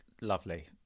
lovely